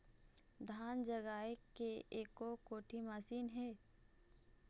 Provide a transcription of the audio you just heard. धान जगाए के एको कोठी मशीन हे?